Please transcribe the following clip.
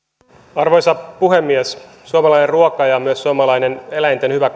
arvoisa puhemies suomalainen ruoka ja myös suomalaisten eläinten hyvä